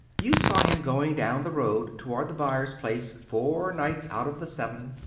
you saw him going down the road toward the byers place four nights out of the seven.